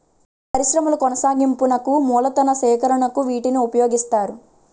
పరిశ్రమల కొనసాగింపునకు మూలతన సేకరణకు వీటిని ఉపయోగిస్తారు